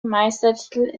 meistertitel